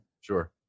Sure